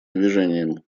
движением